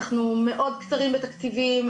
אנחנו מאוד קצרים בתקציבים,